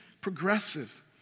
progressive